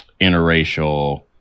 interracial